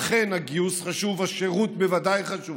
אכן, הגיוס חשוב, השירות בוודאי חשוב.